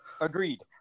Agreed